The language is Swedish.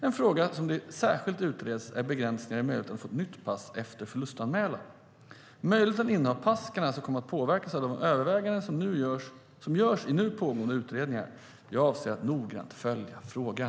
En fråga som där särskilt utreds är begränsningar i möjligheten att få ett nytt pass efter förlustanmälan. Möjligheten att inneha pass kan alltså komma att påverkas av de överväganden som görs i nu pågående utredningar. Jag avser att noggrant följa frågan.